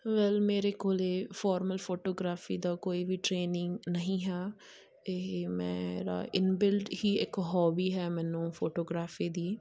well ਮੇਰੇ ਕੋਲ formal photography ਦਾ ਕੋਈ ਵੀ ਟ੍ਰੇਨਿੰਗ ਨਹੀਂ ਹਾਂ ਇਹ ਮੇਰਾ ਇਨ ਬਿਲਟ ਹੀ ਇੱਕ ਹੋਬੀ ਹੈ ਮੈਨੂੰ ਫੋਟੋਗ੍ਰਾਫੀ ਦੀ